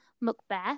Macbeth